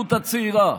להתיישבות הצעירה.